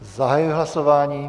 Zahajuji hlasování.